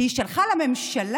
כי היא שלחה לממשלה,